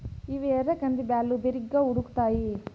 ఇవి ఎర్ర కంది బ్యాళ్ళు, బిరిగ్గా ఉడుకుతాయి